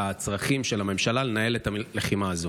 לצרכים של הממשלה בניהול הלחימה הזו.